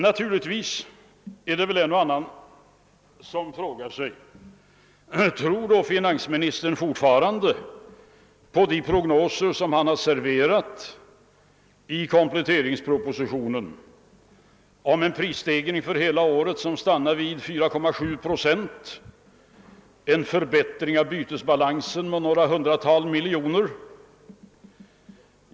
Naturligtvis frågar sig en och annan: Tror då finansministern fortfarande på de prognoser han har serverat i kompletteringspropositionen, d.v.s. en prisstegring för hela året på 4,7 procent och en förbättring av bytesbalansen med några hundratal miljoner?